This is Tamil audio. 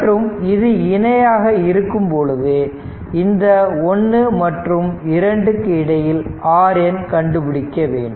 மற்றும் இது இணையாக இருக்கும்பொழுது இந்த 1 மற்றும் 2 க்கு இடையில் RN கண்டுபிடிக்க வேண்டும்